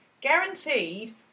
Guaranteed